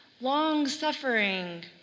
long-suffering